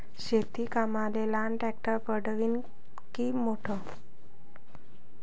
शेती कामाले लहान ट्रॅक्टर परवडीनं की मोठं?